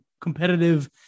competitive